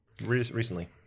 recently